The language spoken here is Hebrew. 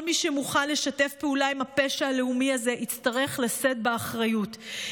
כל מי שמוכן לשתף פעולה עם הפשע הלאומי הזה יצטרך לשאת באחריות,